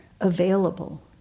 available